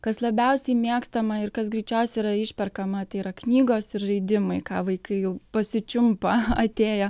kas labiausiai mėgstama ir kas greičiausiai yra išperkama tai yra knygos ir žaidimai ką vaikai jau pasičiumpa atėję